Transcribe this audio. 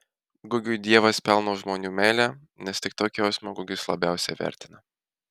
gugiui dievas pelno žmonių meilę nes tik tokį jausmą gugis labiausiai vertina